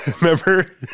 Remember